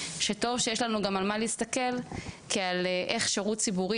שטוב שיש לנו גם על מה להסתכל כעל איך שירות ציבורי